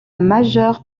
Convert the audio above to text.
majeure